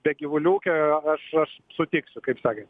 be gyvulių ūkio aš aš sutiksiu kaip sakant